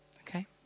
Okay